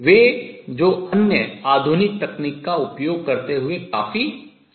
वे जो अन्य आधुनिक तकनीक का उपयोग करते हुए काफी छोटी हैं